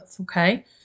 Okay